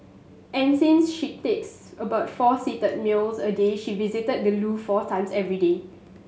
and since she takes about four seated meals a day she visit the loo four times every day